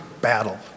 battle